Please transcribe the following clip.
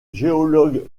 géologue